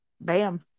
bam